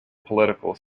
political